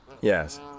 Yes